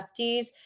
lefties